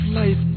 life